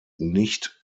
nicht